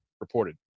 reported